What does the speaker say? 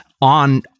on